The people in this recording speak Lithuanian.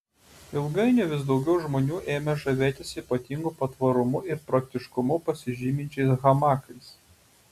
ilgainiui vis daugiau žmonių ėmė žavėtis ypatingu patvarumu ir praktiškumu pasižyminčiais hamakais